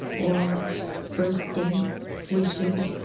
or birthday wishing